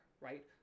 Right